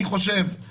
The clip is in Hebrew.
אני אומר גם כמשפטן